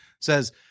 Says